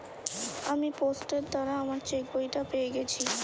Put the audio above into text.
আমি পোস্টের দ্বারা আমার চেকবইটা পেয়ে গেছি